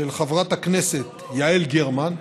של חברת הכנסת יעל גרמן,